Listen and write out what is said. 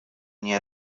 nie